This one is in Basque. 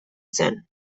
zen